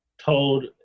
told